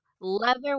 leather